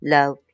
Love